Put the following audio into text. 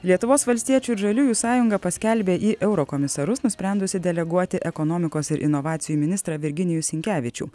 lietuvos valstiečių ir žaliųjų sąjunga paskelbė į eurokomisarus nusprendusi deleguoti ekonomikos ir inovacijų ministrą virginijų sinkevičių